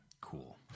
Cool